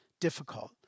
difficult